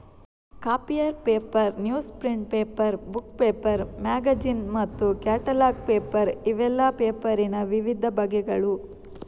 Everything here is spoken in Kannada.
copier paper, news print paper, book paper, magazine ಮತ್ತು ಕ್ಯಾಟಲಾಗ್ ಪೇಪರ್ ಇವೆಲ್ಲ ಪೇಪರಿನ ವಿವಿಧ ಬಗೆಗಳು